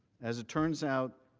as it turns out,